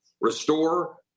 restore